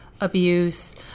abuse